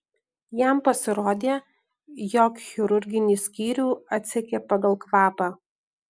jam pasirodė jog chirurginį skyrių atsekė pagal kvapą